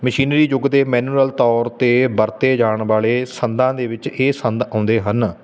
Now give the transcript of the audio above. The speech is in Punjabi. ਮਸ਼ੀਨਰੀ ਯੁੱਗ ਦੇ ਮੈਨੂਰਲ ਤੌਰ 'ਤੇ ਵਰਤੇ ਜਾਣ ਵਾਲੇ ਸੰਦਾਂ ਦੇ ਵਿੱਚ ਇਹ ਸੰਦ ਆਉਂਦੇ ਹਨ